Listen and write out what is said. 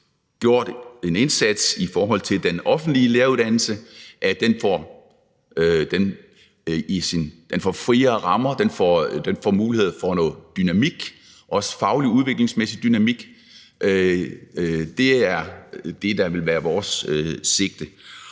gjort en indsats i forhold til den offentlige læreruddannelse, så den får friere rammer og får mulighed for noget dynamik – også faglig udviklingsmæssig dynamik. Det er det, der vil være vores sigte.